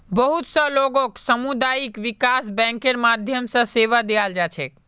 बहुत स लोगक सामुदायिक विकास बैंकेर माध्यम स सेवा दीयाल जा छेक